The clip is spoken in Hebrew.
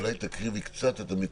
אולי תקריבי קצת את המיקרופון?